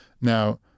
Now